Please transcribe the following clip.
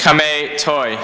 come a toy